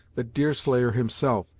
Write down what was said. that deerslayer himself,